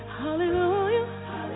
hallelujah